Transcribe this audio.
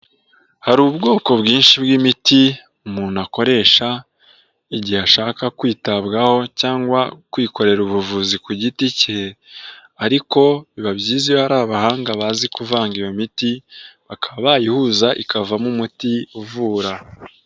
Hari ubwoko bwinshi bw'imiti umuntu akoresha igihe ashaka kwitabwaho cyangwa kwikorera ubuvuzi ku giti ke ariko biba byiza iyo ari abahanga bazi kuvanga iyo miti bakabayihuza ikavamo umuti uvura.